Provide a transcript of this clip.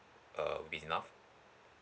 uh would be enough